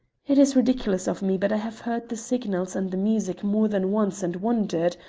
it is ridiculous of me, but i have heard the signals and the music more than once and wondered.